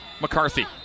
McCarthy